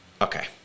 Okay